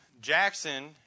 Jackson